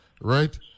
right